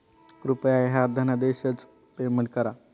कृपया ह्या धनादेशच पेमेंट करा